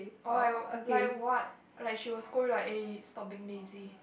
oh I like what like she will scold you like eh stop being lazy